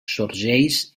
sorgeix